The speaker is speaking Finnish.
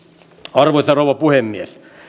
arvoisa rouva puhemies